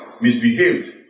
misbehaved